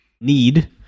need